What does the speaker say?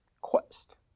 quest